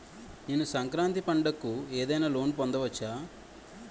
నేను సంక్రాంతి పండగ కు ఏదైనా లోన్ పొందవచ్చా?